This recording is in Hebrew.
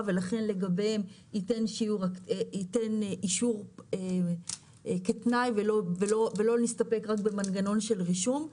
ולכן לגביהם ייתן אישור כתנאי ולא נסתפק רק במנגנון של רישום,